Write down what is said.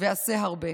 ועשה הרבה",